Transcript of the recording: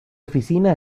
oficina